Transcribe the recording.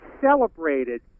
celebrated